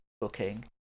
booking